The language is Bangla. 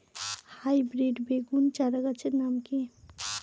হাইব্রিড বেগুন চারাগাছের নাম কি?